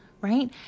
right